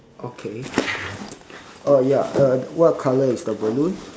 okay oh ya uh what colour is the balloon